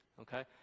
okay